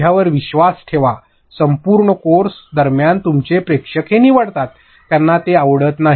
माझ्यावर विश्वास ठेवा संपूर्ण कोर्स दरम्यान तुमचे प्रेक्षक हे निवडतात त्यांना ते आवडत नाही